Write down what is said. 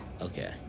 Okay